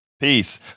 Peace